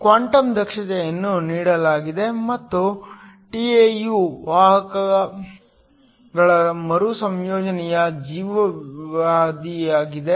quantum ದಕ್ಷತೆಯನ್ನು ನೀಡಲಾಗಿದೆ ಮತ್ತು tau ವಾಹಕಗಳ ಮರುಸಂಯೋಜನೆಯ ಜೀವಿತಾವಧಿಯಾಗಿದೆ